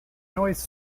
noise